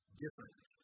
different